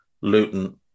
Luton